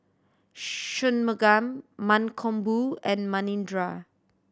Shunmugam Mankombu and Manindra